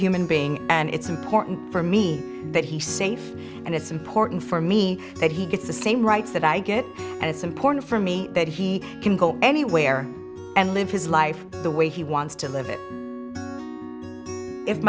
human being and it's important for me that he's safe and it's important for me that he gets the same rights that i get and it's important for me that he can go anywhere and live his life the way he wants to live it if